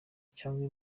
cyangwa